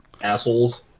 Assholes